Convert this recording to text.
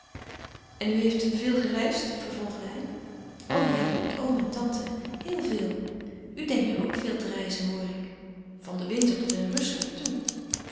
en u heeft veel gereisd vervolgde hij o ja met oom en tante heel veel u denkt nu ook veel te reizen hoor ik van den winter tot in rusland toe